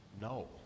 no